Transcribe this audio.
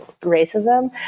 racism